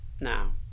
Now